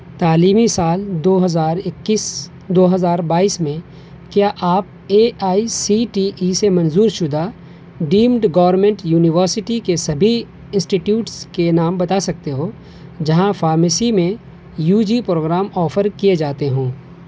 تعلیمی سال دو ہزار اکیس دو ہزار بائیس میں کیا آپ A I C T E سے منظور شدہ ڈیمڈ گورنمنٹ یونیورسٹی کے سبھی انسٹیٹیوٹس کے نام بتا سکتے ہو جہاں فارمیسی میں یو جی پروگرام آفر کیے جاتے ہوں